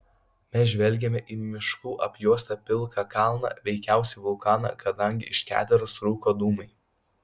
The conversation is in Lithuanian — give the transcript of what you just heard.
mes žvelgėme į miškų apjuostą pilką kalną veikiausiai vulkaną kadangi iš keteros rūko dūmai